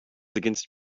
against